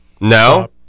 No